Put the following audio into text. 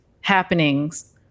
happenings